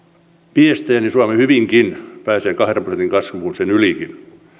viestejä niin suomi hyvinkin pääsee kahden prosentin kasvuun sen ylikin